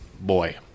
boy